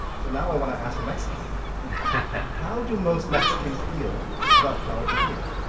so now i want to ask a mexican how do most mexicans feel about flour tortillas?